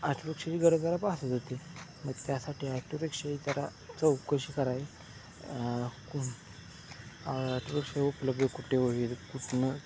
आठुरिक्षाची गरजा पासत होती मग त्यासाठी आठुरिक्षा करा चौकशी कराय अठुरिक्षे उपलब्ध कुटे वगैरे कुठनं